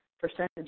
percentage